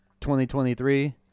2023